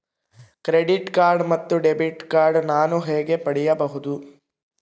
Credit card ಮತ್ತು debit card ನಾನು ಹೇಗೆ ಪಡೆಯಬಹುದು?